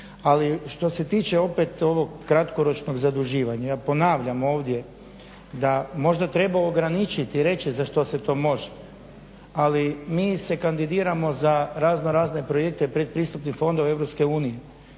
Ali što se toče opet ovog kratkoročnog zaduživanja ja ponavljam ovdje da možda treba ograničiti i reći za što se to može. Ali mi se kandidiramo za raznorazne projekte pretpristupnih fondova EU.